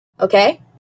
Okay